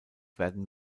werden